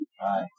Hi